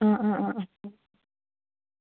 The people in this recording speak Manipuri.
ꯑ ꯑ ꯑ ꯑ